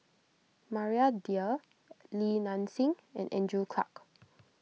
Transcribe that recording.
Maria Dyer Li Nanxing and Andrew Clarke